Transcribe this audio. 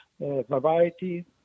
variety